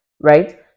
right